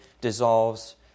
dissolves